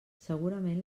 segurament